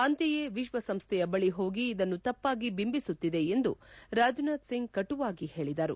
ಅಂತೆಯೇ ವಿಶ್ವಸಂಸ್ವೆಯ ಬಳಿ ಹೋಗಿ ಇದನ್ನು ತಪ್ಪಾಗಿ ಬಿಂಬಿಸುತ್ತಿದೆ ಎಂದು ರಾಜನಾಥ್ ಸಿಂಗ್ ಕಟುವಾಗಿ ಹೇಳಿದರು